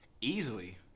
Easily